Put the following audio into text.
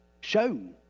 shown